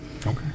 Okay